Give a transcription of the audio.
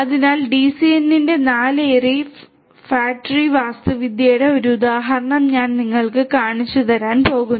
അതിനാൽ DCN ന്റെ 4 ary fat tree വാസ്തുവിദ്യയുടെ ഒരു ഉദാഹരണം ഞാൻ നിങ്ങൾക്ക് കാണിച്ചുതരാൻ പോകുന്നു